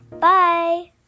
Bye